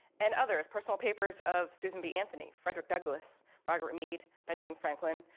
and others, personal papers of susan b. anthony, frederick douglass, margaret meade, benjamin franklin,